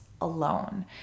alone